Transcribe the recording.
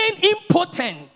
impotent